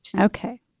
Okay